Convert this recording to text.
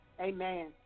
Amen